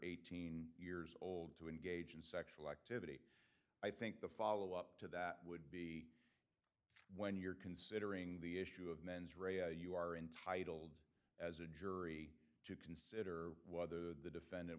eighteen years old to engage in sexual activity i think the follow up to that would be when you're considering the issue of mens rea you are entitled as a jury to consider whether the defendant